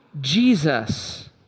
Jesus